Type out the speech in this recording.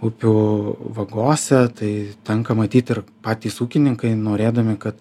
upių vagose tai tenka matyt ir patys ūkininkai norėdami kad